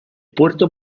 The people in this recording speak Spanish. puerto